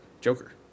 Joker